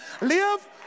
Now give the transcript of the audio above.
Live